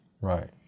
Right